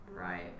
Right